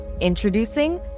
Introducing